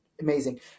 amazing